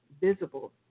visible